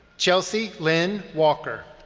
chelsea lynn walker.